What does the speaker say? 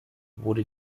wurde